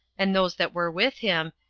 and those that were with him,